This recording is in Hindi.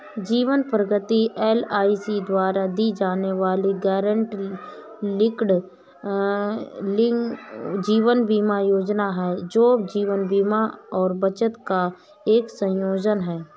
जीवन प्रगति एल.आई.सी द्वारा दी जाने वाली गैरलिंक्ड जीवन बीमा योजना है, जो जीवन बीमा और बचत का एक संयोजन है